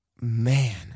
man